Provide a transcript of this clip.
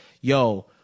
yo